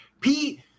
Pete